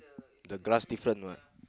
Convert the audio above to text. the grass different what